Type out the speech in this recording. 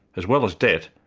as well as debt,